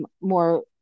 more